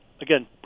Again